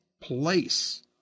place